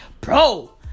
Bro